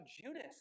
Judas